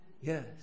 Yes